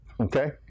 Okay